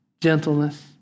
gentleness